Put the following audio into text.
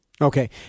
Okay